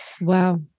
Wow